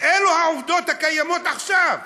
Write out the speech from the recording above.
אלה העובדות הקיימות עכשיו.